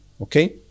Okay